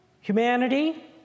humanity